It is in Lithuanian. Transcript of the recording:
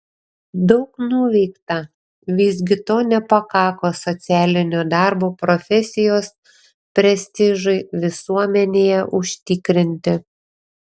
daug nuveikta visgi to nepakako socialinio darbo profesijos prestižui visuomenėje užtikrinti